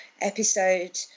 episode